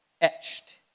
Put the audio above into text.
etched